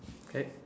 okay